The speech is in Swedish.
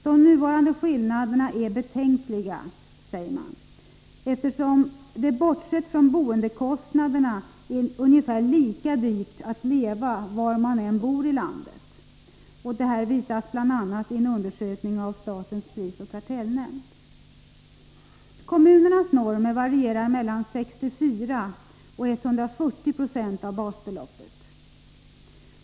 De nuvarande skillnaderna är betänkliga, säger socialstyrelsen, eftersom det, bortsett från boendekostnaderna, är ungefär lika dyrt att leva var man än bor i landet. Detta visas bl.a. i en undersökning av statens prisoch kartellnämnd. Kommunernas normer varierar och ligger på mellan 64 och 140 96 av basbeloppet.